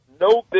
no